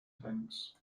tanks